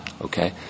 okay